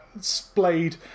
splayed